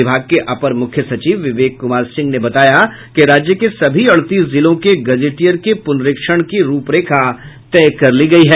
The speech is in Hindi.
विभाग के अपर मुख्य सचिव विवेक कुमार सिंह ने बताया कि राज्य के सभी अड़तीस जिलों के गजेटियर के पुनरीक्षण की रूपरेखा तय कर ली गयी है